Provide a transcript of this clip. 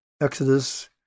exodus